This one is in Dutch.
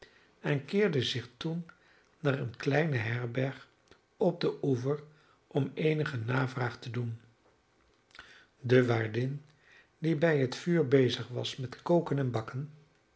en keerde zich toen naar eene kleine herberg op den oever om eenige navraag te doen de waardin die bij het vuur bezig was met koken en bakken